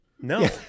no